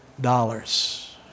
dollars